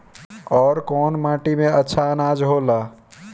अवर कौन माटी मे अच्छा आनाज होला?